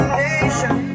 nation